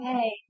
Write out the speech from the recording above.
Hey